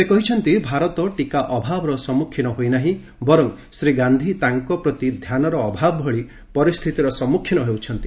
ସେ କହିଛନ୍ତି ଭାରତ ଟିକା ଅଭାବର ସମ୍ମୁଖୀନ ହୋଇନାହିଁ ବର୍ଚ୍ଚ ଶ୍ରୀ ଗାନ୍ଧୀ ତାଙ୍କ ପ୍ରତି ଧ୍ୟାନର ଅଭାବ ଭଳି ପରିସ୍ଥିତିର ସମ୍ମୁଖୀନ ହେଉଛନ୍ତି